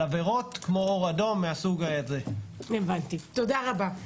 תודה רבה.